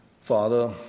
Father